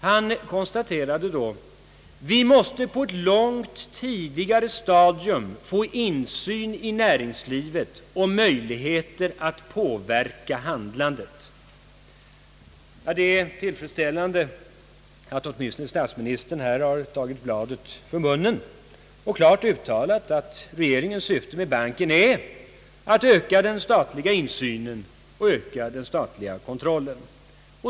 Han sade då: »Vi måste på ett långt tidigare stadium få insyn i näringslivet och möjligheter att påverka handlandet.» Det är tillfredsställande att åtminstone statsministern här har tagit bladet från munnen och klart uttalat att regeringens syfte med banken är att öka den statliga insynen och öka den statliga kontrollen.